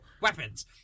weapons